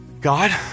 God